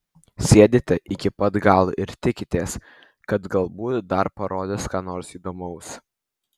sėdite iki pat galo ir tikitės kad galbūt dar parodys ką nors įdomaus